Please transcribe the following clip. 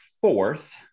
fourth